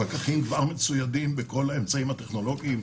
הפקחים כבר מצוידים בכל האמצעים הטכנולוגיים,